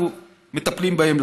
אנחנו מטפלים בהם.